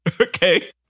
okay